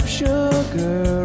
sugar